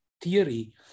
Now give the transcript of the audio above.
theory